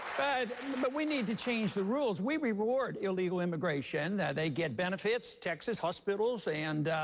but we need to change the rules. we we reward illegal immigration. they get benefits, texas hospitals, and,